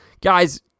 Guys